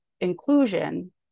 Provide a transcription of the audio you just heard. inclusion